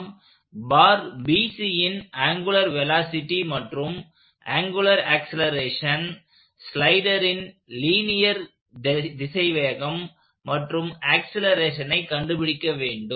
நாம் பார் BCன் angular velocity மற்றும் ஆங்குலர் ஆக்சலேரேஷன் ஸ்லைடரின் லீனியர் திசைவேகம் மற்றும் ஆக்சலேரேஷனை கண்டுபிடிக்க வேண்டும்